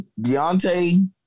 Deontay